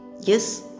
Yes